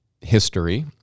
history